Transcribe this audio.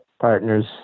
partners